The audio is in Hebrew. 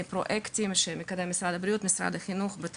פרויקטים במשרד החינוך ובמשרד הבריאות,